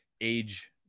age